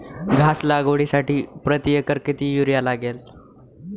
घास लागवडीसाठी प्रति एकर किती युरिया लागेल?